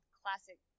classic